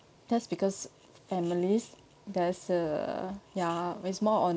that's because families there's uh ya it's more on